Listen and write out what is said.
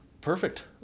Perfect